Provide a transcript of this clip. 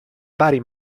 bari